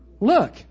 Look